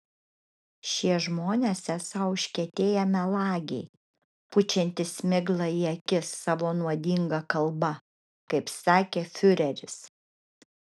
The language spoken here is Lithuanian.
šie žmonės esą užkietėję melagiai pučiantys miglą į akis savo nuodinga kalba kaip sakė fiureris